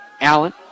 Allen